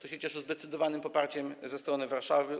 To się cieszy zdecydowanym poparciem ze strony Warszawy.